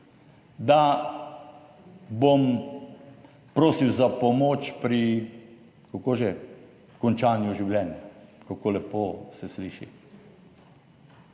bom prosil za pomoč pri, kako že, končanju življenja. Kako lepo se sliši.